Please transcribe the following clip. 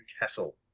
Newcastle